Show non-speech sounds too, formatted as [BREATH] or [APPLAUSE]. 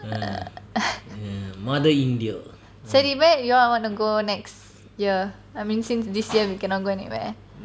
[NOISE] [BREATH] sorry where you all wanna go next year I mean since this year we cannot go anywhere